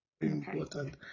important